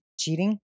Cheating